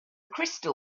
crystal